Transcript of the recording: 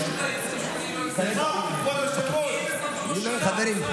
זה קשור לייעוץ המשפטי, חברים.